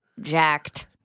jacked